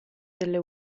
delle